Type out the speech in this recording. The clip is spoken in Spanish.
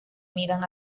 miran